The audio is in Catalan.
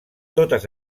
totes